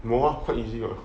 no ah quite easy what